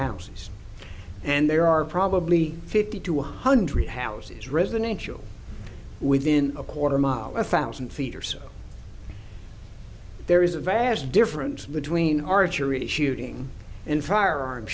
houses and there are probably fifty to one hundred houses residential within a quarter mile a thousand feet or so there is a vast difference between archery shooting and firearms